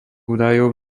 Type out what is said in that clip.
údajov